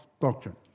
doctrine